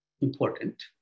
important